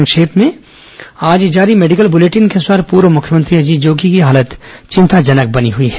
संक्षिप्त समाचार आज जारी मेडिकल बुलेटिन के अनुसार पूर्व मुख्यमंत्री अजीत जोगी की हालत चिंताजनक बनी हुई है